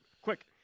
Quick